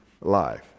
life